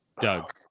Doug